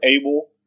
able